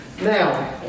Now